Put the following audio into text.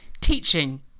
teaching